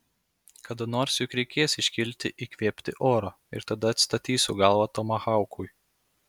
kada nors juk reikės iškilti įkvėpti oro ir tada atstatysiu galvą tomahaukui